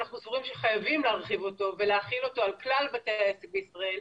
אנחנו סבורים שחייבים להרחיב אותו ולהכיל אותו על כלל בתי העסק בישראל,